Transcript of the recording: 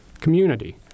Community